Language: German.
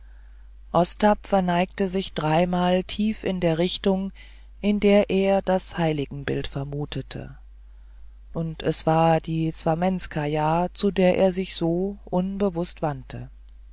ostap verneigte sich dreimal tief in der richtung in der er das heiligenbild vermutete und es war die znamenskaja zu der er sich so unbewußt wandte